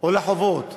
או לחובות